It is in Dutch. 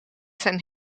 zijn